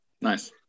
Nice